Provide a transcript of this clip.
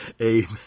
Amen